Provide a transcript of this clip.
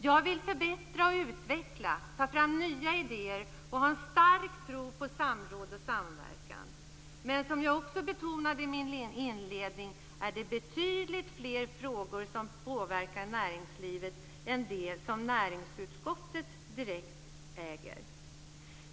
Jag vill förbättra, utveckla och ta fram nya ideer. Jag har en stark tro på samråd och samverkan. Men som jag också betonade i min inledning finns det betydligt fler frågor som påverkar näringslivet än de som näringsutskottet direkt äger.